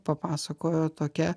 papasakojo tokia